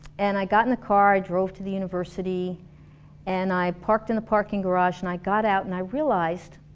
and i got in the car, i drove to the university and i parked in the parking garage and i got out and i realized,